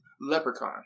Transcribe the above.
Leprechaun